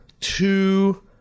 two